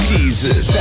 Jesus